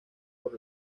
por